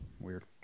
Weird